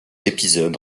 épisode